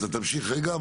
אתה תמשיך רגע,